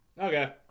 Okay